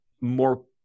more